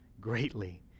greatly